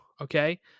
Okay